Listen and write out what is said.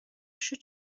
should